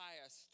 highest